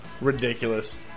Ridiculous